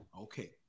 Okay